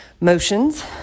motions